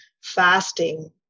fasting